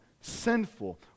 sinful